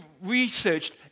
researched